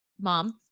mom